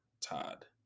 Todd